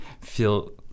feel